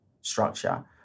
structure